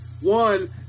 one